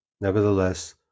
Nevertheless